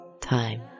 time